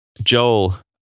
Joel